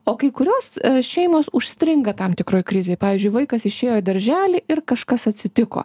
o kai kurios šeimos užstringa tam tikroj krizėj pavyzdžiui vaikas išėjo į darželį ir kažkas atsitiko